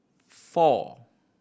four